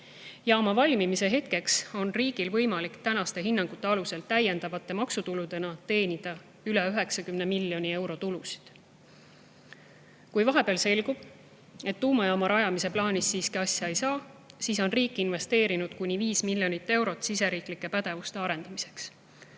Jaama valmimise hetkeks on riigil tänaste hinnangute alusel võimalik teenida üle 90 miljoni euro täiendavaid maksutulusid. Kui vahepeal selgub, et tuumajaama rajamise plaanist siiski asja ei saa, siis on riik investeerinud kuni 5 miljonit eurot siseriiklike pädevuste arendamiseks.